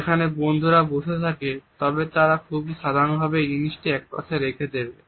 যেখানে বন্ধুরা বসে থাকে তবে তারা খুবই সাধারণভাবে এই জিনিসটি একপাশে রেখে দেবে